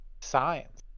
science